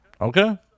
Okay